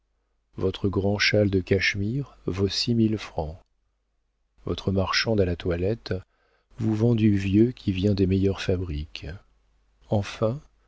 votre grand châle de cachemire vaut six mille francs votre marchande à la toilette vous vend du vieux qui vient des meilleures fabriques enfin